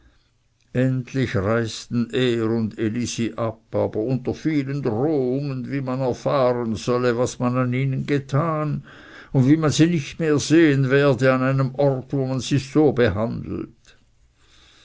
endlich reisten er und elisi ab aber unter vielen drohungen wie man erfahren solle was man an ihnen getan und wie man sie nicht mehr sehen werde an einem orte wo man sie so behandelt